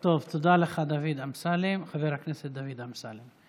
טוב, תודה לך, חבר הכנסת דוד אמסלם.